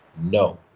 no